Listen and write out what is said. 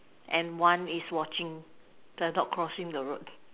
and one is watching the dog crossing the road